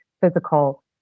physical